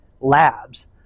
labs